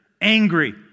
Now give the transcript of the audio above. angry